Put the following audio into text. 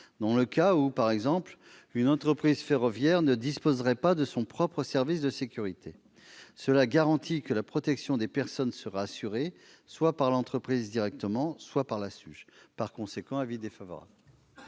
dans le cas où une entreprise ferroviaire ne disposerait pas de son propre service de sécurité. Cela garantit que la protection des personnes sera assurée, soit par l'entreprise directement, soit par la SUGE. La commission a donc